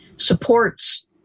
supports